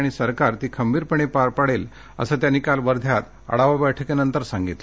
आणि सरकार ती खंबीरपणे पार पाडेल असं त्यांनी काल वध्यात आढावा बैठकीनंतर सांगितलं